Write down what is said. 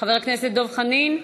חבר הכנסת דב חנין,